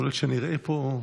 יכול להיות שנראה פה,